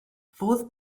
fodd